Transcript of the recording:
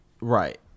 right